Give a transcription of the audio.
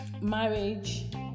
marriage